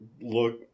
look